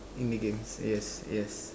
in the games yes yes